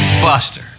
Buster